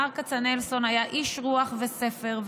מר כצנלסון היה איש רוח וספר,